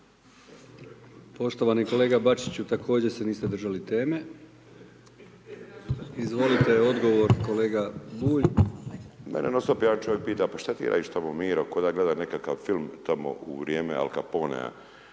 Poštovani kolega Bačiću također se niste držali teme. Izvolite odgovor kolega Bulj. **Bulj, Miro (MOST)** Mene non-stop jedan čovjek pita: „Pa što ti radiš tamo Miro, pa kao da gledam nekakav film tamo u vrijeme Al Caponea?